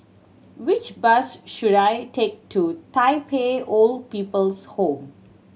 which bus should I take to Tai Pei Old People's Home